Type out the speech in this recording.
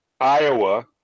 Iowa